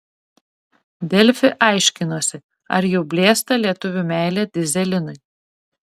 delfi aiškinosi ar jau blėsta lietuvių meilė dyzelinui